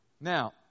Now